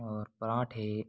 और परांठे